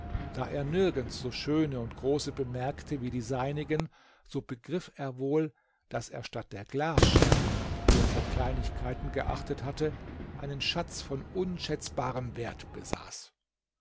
da er nirgends so schöne und große bemerkte wie die seinigen so begriff er wohl daß er statt der glasscherben die er für kleinigkeiten geachtet hatte einen schatz von unschätzbarem wert besaß